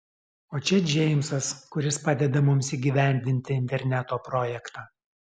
o čia džeimsas kuris padeda mums įgyvendinti interneto projektą